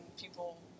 people